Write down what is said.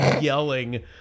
yelling